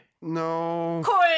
No